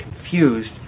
confused